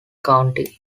county